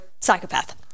psychopath